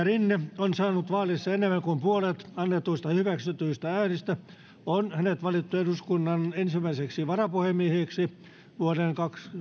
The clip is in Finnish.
rinne on saanut vaalissa enemmän kuin puolet annetuista hyväksytyistä äänistä on hänet valittu eduskunnan ensimmäiseksi varapuhemieheksi vuoden